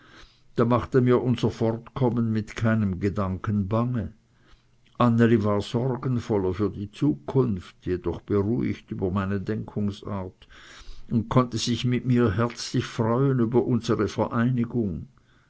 da machte mir unser fortkommen mit keinem gedanken bange anneli war sorgenvoller für die zukunft jedoch beruhigt über meine denkungsart und konnte sich mit mir herzlich freuen über unsere vereinigung